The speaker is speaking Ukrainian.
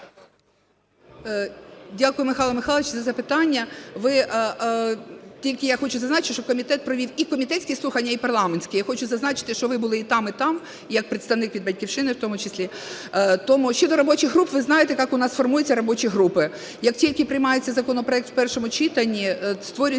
Дякую, Михайло Михайлович, за запитання. Тільки я хочу зазначити, що комітет провів і комітетські слухання, і парламентські. Я хочу зазначити, що ви були і там, і там як представник від "Батьківщини" в тому числі. Тому щодо робочих груп, ви знаєте, як у нас формуються робочі групи. Як тільки приймається законопроект в першому читанні, створюються